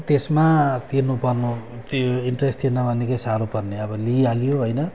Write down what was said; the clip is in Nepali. त्यसमा तिर्नुपर्नु त्यो इन्ट्रेस्ट तिर्नमा निकै साह्रो पर्ने अब लिइहाल्यो होइन